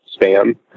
spam